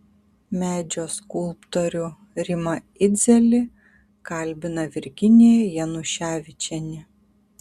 medžio skulptorių rimą idzelį kalbina virginija januševičienė